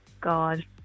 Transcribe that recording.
God